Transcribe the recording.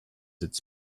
its